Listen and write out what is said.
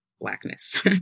Blackness